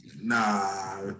Nah